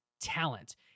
talent